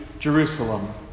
Jerusalem